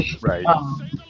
Right